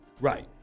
Right